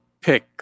pick